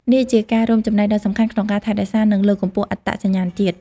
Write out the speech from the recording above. នេះជាការរួមចំណែកដ៏សំខាន់ក្នុងការថែរក្សា និងលើកកម្ពស់អត្តសញ្ញាណជាតិ។